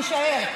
תישאר.